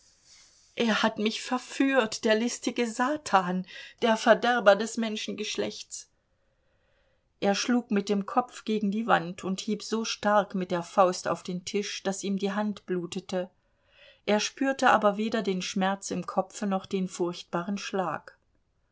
er hat mich verführt der listige satan der verderber des menschengeschlechts er schlug mit dem kopf gegen die wand und hieb so stark mit der faust auf den tisch daß ihm die hand blutete er spürte aber weder den schmerz im kopfe noch den furchtbaren schlag